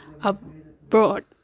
abroad